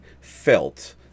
felt